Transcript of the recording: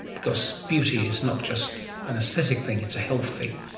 because beauty is not just an aesthetic thing, it's a health thing.